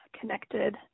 connected